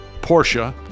Porsche